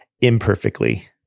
imperfectly